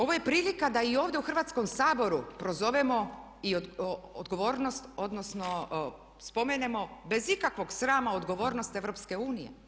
Ovo je prilika da i ovdje u Hrvatskom saboru prozovemo i odgovornost, odnosno spomenemo bez ikakvog srama odgovornost EU.